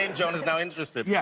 and joan is now interested. yeah